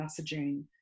messaging